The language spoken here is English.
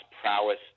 prowess